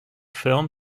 film